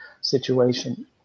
situation